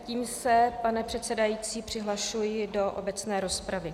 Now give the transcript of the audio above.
Tím se, pane předsedající, přihlašuji do obecné rozpravy.